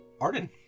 Arden